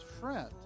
friend